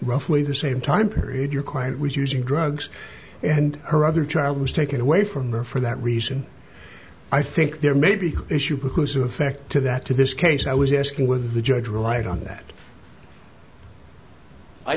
roughly the same time period your client was using drugs and her other child was taken away from her for that reason i think there may be an issue because her effect to that to this case i was asking whether the judge relied on that i